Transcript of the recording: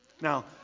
Now